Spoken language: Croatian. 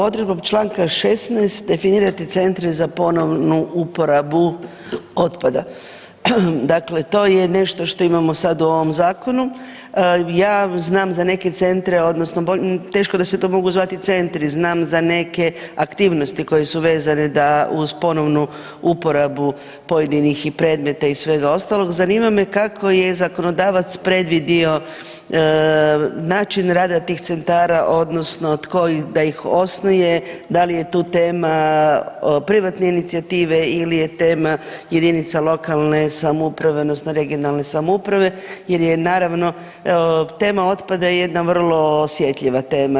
Odredbom čl. 16. definirate centre za ponovnu uporabu otpada, dakle to je nešto što imamo sad u ovom zakonu, ja znam za neke centre odnosno teško da se to mogu zvati centri, znam za neke aktivnosti koje su vezane da uz ponovnu uporabu pojedinih i predmeta i svega ostalog, zanima me kako je zakonodavac predvidio način rada tih centara odnosno tko da ih osnuje, da li je tu tema privatne inicijative ili je tema jedinica lokalne samouprave odnosno regionalne samouprave jer je naravno tema otpada jedna vrlo osjetljiva tema.